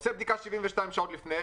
עושים בדיקה 72 שעות לפני,